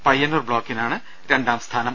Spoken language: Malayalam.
പയ്യന്നൂർ ബ്ലോക്കിനാണ് രണ്ടാം സ്ഥാനം